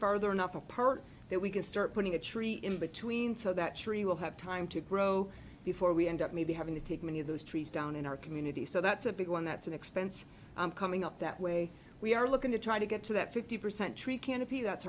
further enough apart that we can start putting a tree in between so that tree will have time to grow before we end up maybe having to take many of those trees down in our community so that's a big one that's an expense coming up that way we are looking to try to get to that fifty percent tree canopy that's